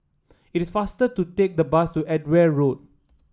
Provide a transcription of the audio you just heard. it is faster to take the bus to Edgware Road